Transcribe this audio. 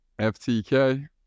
FTK